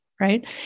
right